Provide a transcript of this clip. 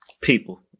People